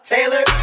Taylor